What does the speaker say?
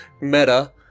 meta